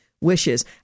wishes